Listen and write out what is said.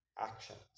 actions